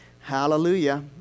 Hallelujah